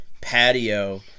patio